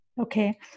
okay